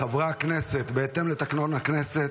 חברי הכנסת, בהתאם לתקנון הכנסת,